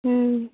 ఆ